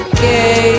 Okay